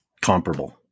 Comparable